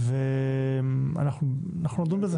ואנחנו נדון בזה.